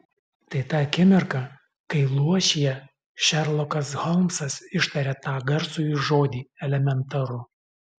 tai ta akimirka kai luošyje šerlokas holmsas ištaria tą garsųjį žodį elementaru